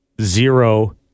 zero